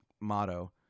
motto